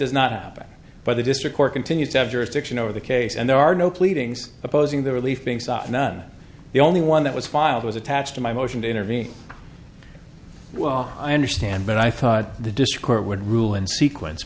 does not happen by the district court continue to have jurisdiction over the case and there are no pleadings opposing the relief being sought none the only one that was filed was attached to my motion to intervene well i understand but i thought the disc or would rule in sequence